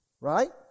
Right